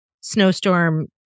Snowstorm